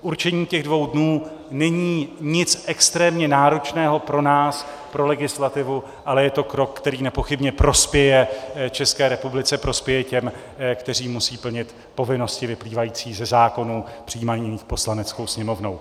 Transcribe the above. Určení těch dvou dnů není nic extrémně náročného pro nás, pro legislativu, ale je to krok, který nepochybně prospěje České republice, prospěje těm, kteří musí plnit povinnosti vyplývající ze zákonů přijímaných Poslaneckou sněmovnou.